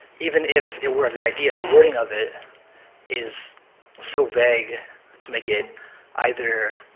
even if it were a good idea, the wording of it is so vague to make it either